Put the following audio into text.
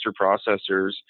processors